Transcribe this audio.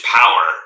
power